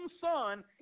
son